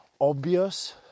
obvious